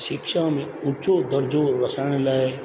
शिक्षा में ऊचो दर्जो वसाइण लाइ